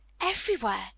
Everywhere